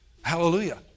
Hallelujah